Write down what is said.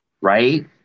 Right